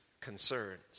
concerns